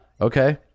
okay